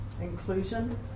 inclusion